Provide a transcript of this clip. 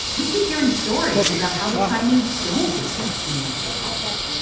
we keep hearing stories about how the chinese don't respect intellectual property,